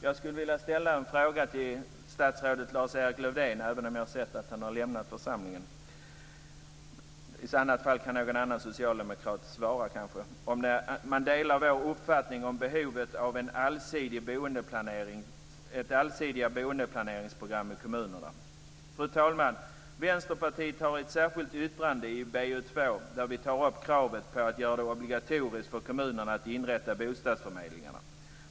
Jag skulle vilja ställa en fråga till statsrådet Lars-Erik Lövdén trots att jag har sett att han har lämnat församlingen. Någon annan socialdemokrat kanske kan svara. Delar socialdemokraterna vår uppfattning om behovet av ett allsidigt boendeplaneringsprogram i kommunerna? Fru talman! Vänsterpartiet har ett särskilt yttrande i BoU2 där vi tar upp kravet på att göra det obligatoriskt för kommunerna att inrätta bostadsförmedlingar.